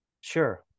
Sure